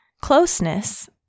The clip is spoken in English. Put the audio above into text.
Closeness